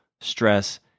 stress